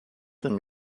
them